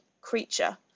creature